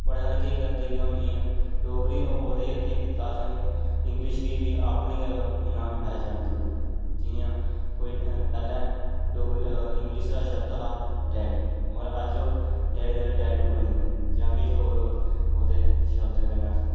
बड़े सारे केह् करदे कि हून जि'यां डोगरी ओह्दे ई केह् कीता असें के इंग्लिश गी बी अपनी गै नमीं पहचान देऊ उड़ी जि'यां कोई पैह्लें डोगरी इंग्लिश दा शब्द हा डैडी मगर अज्ज ओह् डैडी दा डैडू बनी दा जां किश होर होर ओह्दे शब्दें कन्नै उसी